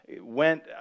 went